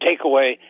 takeaway